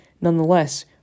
nonetheless